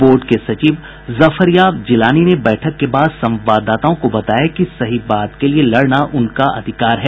board के सचिव जफरयाब जिलानी ने बैठक के बाद संवाददाताओं को बताया कि सही बात के लिए लड़ना उनका अधिकार है